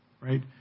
right